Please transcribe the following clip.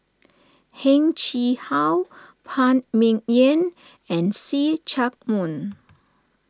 Heng Chee How Phan Ming Yen and See Chak Mun